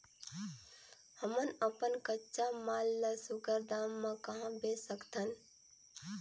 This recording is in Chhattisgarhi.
हमन अपन कच्चा माल ल सुघ्घर दाम म कहा बेच सकथन?